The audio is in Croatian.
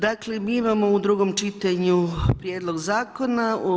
Dakle, mi imamo u drugom čitanju prijedlog zakona.